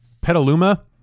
petaluma